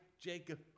Jacob